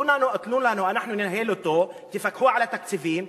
תנו לנו, אנחנו ננהל אותו, תפקחו על התקציבים.